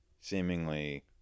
seemingly